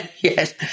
Yes